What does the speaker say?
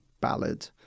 ballad